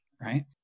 Right